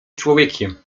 człowiekiem